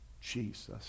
Jesus